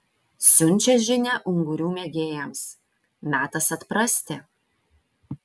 siunčia žinią ungurių mėgėjams metas atprasti